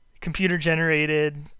computer-generated